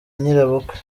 nyirabukwe